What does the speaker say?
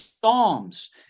psalms